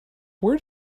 where